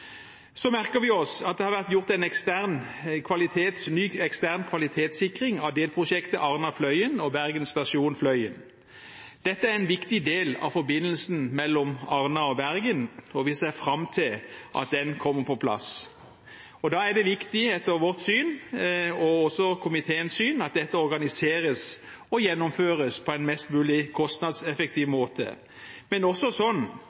Så merker vi oss at det har vært gjort en ny, ekstern kvalitetssikring av delprosjektet Arna–Fløen og Bergen stasjon–Fløen. Dette er en viktig del av forbindelsen mellom Arna og Bergen, og vi ser fram til at det kommer på plass. Da er det etter vårt syn, og også komiteens syn, viktig at dette organiseres og gjennomføres på en mest mulig kostnadseffektiv måte, men også sånn